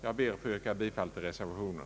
Jag ber att få yrka bifall till reservationen.